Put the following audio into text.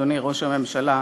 אדוני ראש הממשלה,